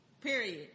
period